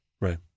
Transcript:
Right